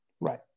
Right